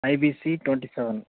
IBC twenty seven